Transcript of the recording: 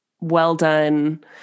well-done